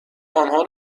آنها